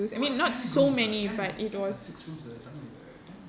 eh what ten rooms ah ten ten or six rooms like that something like that ten